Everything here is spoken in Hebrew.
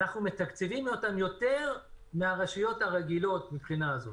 אנחנו מתקצבים אותן יותר מהרשויות הרגילות מבחינה זאת.